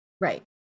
Right